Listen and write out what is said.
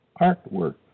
Artwork